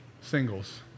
singles